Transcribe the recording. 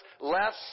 less